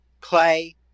clay